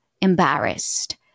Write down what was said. embarrassed